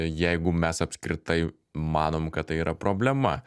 jeigu mes apskritai manom kad tai yra problema